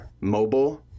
mobile